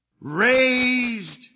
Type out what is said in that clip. raised